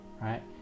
right